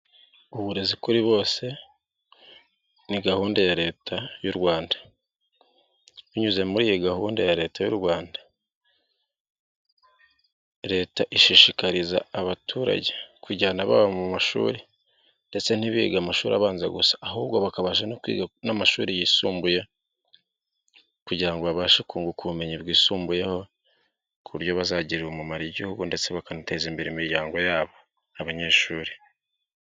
Uburezi kuri bose ni gahunda ya Leta y'u Rwanda. Binyuze muri iyi gahunda ya Leta y'u Rwanda. Leta ishishikariza abaturage kujyana abana mu mashuri ndetse ntibige amashuri abanza gusa ahubwo bakabasha no kwiga n'amashuri yisumbuye kugira ngo babashe kunguka ubumenyi bwisumbuyeho ku buryo bazagirira umumaro igihugu ndetse bakanateza imbere imiryango yabo abanyeshuri.